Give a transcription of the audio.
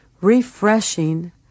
refreshing